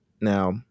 Now